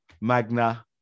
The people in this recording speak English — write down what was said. Magna